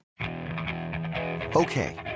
Okay